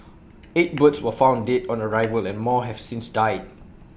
eight birds were found dead on arrival and more have since died